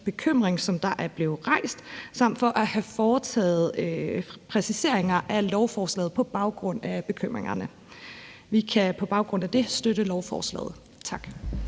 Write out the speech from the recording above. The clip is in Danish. bekymring, der er blevet rejst sig, samt for at have foretaget præciseringer af lovforslaget på baggrund af bekymringerne. Vi kan på baggrund af det støtte lovforslaget. Tak.